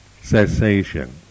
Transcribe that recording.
cessation